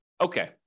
okay